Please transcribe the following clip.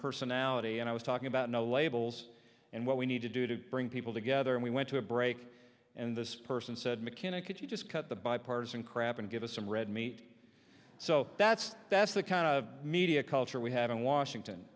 personality and i was talking about no labels and what we need to do to bring people together and we went to a break and this person said mechanic could you just cut the bipartisan crap and give us some red meat so that's that's the kind of media culture we have in washington